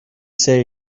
say